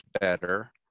better